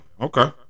okay